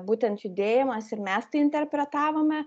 būtent judėjimas ir mes tai interpretavome